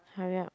hurry up